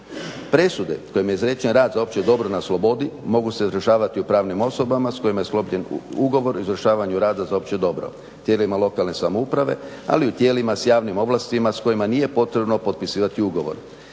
Presude kojim je izrečen rad za opće dobro na slobodi mogu se izražavati u pravnim osobama s kojima je sklopljen ugovor o izvršavanju rada za opće dobro, tijelima lokalne samouprave ali i u tijelima s javnim ovlastima s kojima nije potrebno potpisivati ugovor.